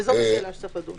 וזו שאלה שיש לדון בה.